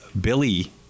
Billy